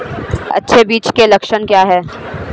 अच्छे बीज के लक्षण क्या हैं?